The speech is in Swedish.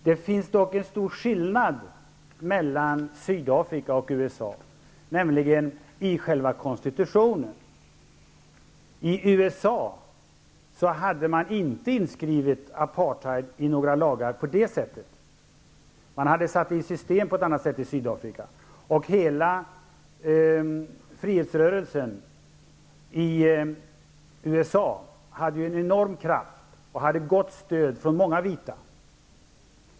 Det finns dock en stor skillnad mellan Sydafrika och USA, nämligen själva konstitutionen. I USA fanns inte apartheid inskrivet i några lagar på samma sätt. Det har satts i system på ett annat sätt i Sydafrika. Frihetsrörelsen i USA hade en enorm kraft och gott stöd från många vita.